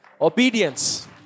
Obedience